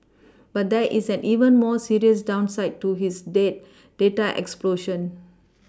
but there is an even more serious downside to this date data explosion